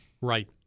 Right